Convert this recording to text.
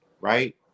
right